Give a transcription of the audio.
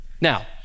Now